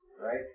Right